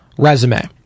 resume